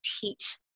teach